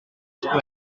square